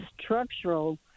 structural